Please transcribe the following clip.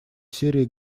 сирии